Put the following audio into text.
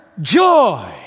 Joy